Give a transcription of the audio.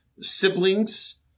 siblings